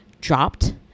dropped